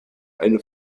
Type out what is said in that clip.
eine